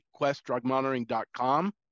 questdrugmonitoring.com